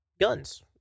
guns